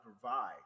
provide